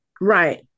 right